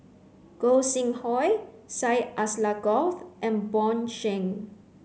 Gog Sing Hooi Syed Alsagoff and Bjorn Shen